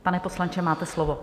Pane poslanče, máte slovo.